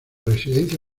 residencia